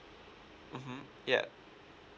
mmhmm yeah